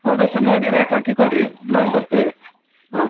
ಆದಷ್ಟು ನೋಡಿ ರೇಟ್ ಹಾಕಿ ಕೊಡಿ ನಾವು ಬರ್ತೇವೆ ಹಾಂ